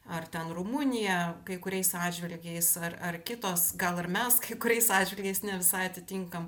ar ten rumunija kai kuriais atžvilgiais ar ar kitos gal ir mes kai kuriais atžvilgiais ne visai atitinkam